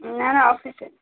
না না অফিসে